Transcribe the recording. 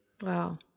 Wow